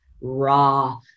raw